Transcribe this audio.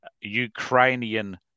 ukrainian